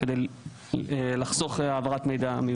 כדי לחסוך העברת מידע מיותר.